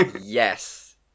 Yes